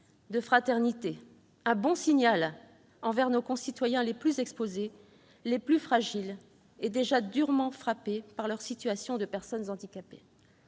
de fraternité et un bon signal envers nos concitoyens les plus exposés et les plus fragiles, déjà durement frappés par leur situation de personnes handicapées.